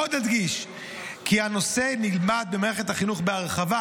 עוד אדגיש כי הנושא נלמד במערכת החינוך בהרחבה